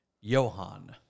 Johan